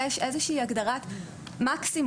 יש איזושהי הגדרת מקסימום,